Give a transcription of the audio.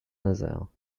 nazaire